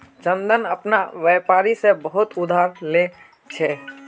चंदन अपना व्यापारी से बहुत उधार ले छे